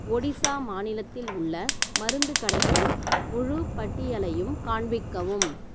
ஒடிசா மாநிலத்தில் உள்ள மருந்து கடைகளின் முழு பட்டியலையும் காண்பிக்கவும்